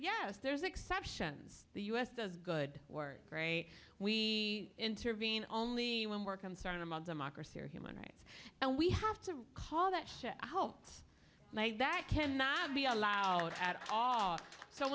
yes there's exceptions the u s does good work great we intervene only when we're concerned among democracy or human rights and we have to call that a hoax that cannot be allowed at all so